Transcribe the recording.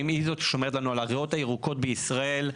היא זאת ששומרת לנו על הריאות הירוקות בישראל.